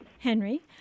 henry